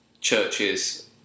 churches